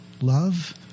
love